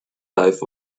dive